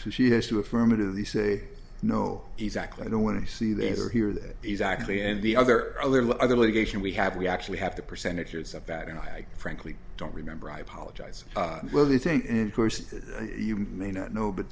she has to affirmative they say no exactly i don't want to see they are here that is actually and the other a little other litigation we have we actually have the percentages of that and i frankly don't remember i apologize well the thing and course you may not know but